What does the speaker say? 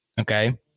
Okay